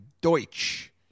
Deutsch